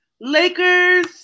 Lakers